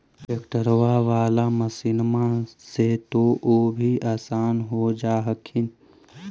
ट्रैक्टरबा बाला मसिन्मा से तो औ भी आसन हो जा हखिन?